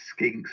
skinks